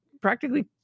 practically